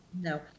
No